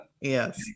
Yes